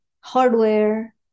hardware